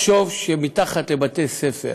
לחשוב שמתחת לבתי-ספר